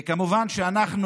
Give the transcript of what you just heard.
וכמובן, אנחנו